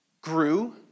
grew